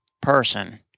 person